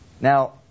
Now